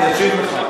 אני אשיב לך.